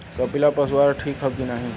कपिला पशु आहार ठीक ह कि नाही?